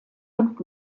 und